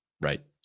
Right